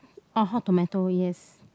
orh Hot-Tomato yes